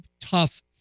tough